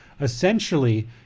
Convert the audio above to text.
Essentially